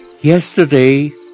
Yesterday